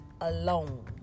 alone